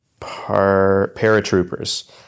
paratroopers